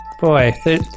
Boy